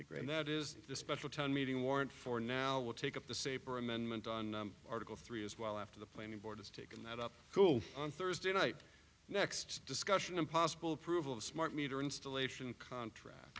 agree and that is the special town meeting warrant for now will take up the saper amendment on article three as well after the plane the board has taken that up cool on thursday night next discussion impossible approval of smart meter installation contract